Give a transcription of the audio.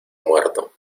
muerto